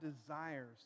desires